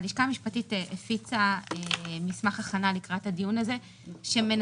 הלשכה המשפטית הפיצה מסמך הכנה לקראת הדיון הזה שמנסה